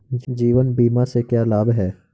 जीवन बीमा से क्या लाभ हैं?